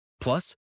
Plus